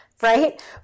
Right